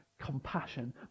Compassion